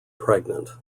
pregnant